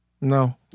No